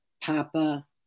Papa